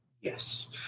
Yes